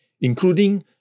including